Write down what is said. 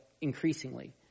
increasingly